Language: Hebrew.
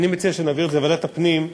אני מציע שנעביר את זה לוועדת הפנים,